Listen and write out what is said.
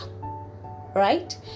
right